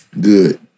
Good